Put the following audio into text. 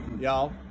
Y'all